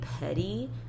petty